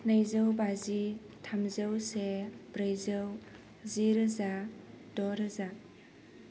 नैजौ बाजि थामजौ से ब्रैजौ जि रोजा द'रोजा